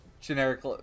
generic